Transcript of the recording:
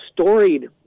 storied